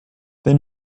then